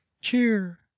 cheer